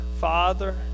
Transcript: Father